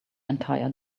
entire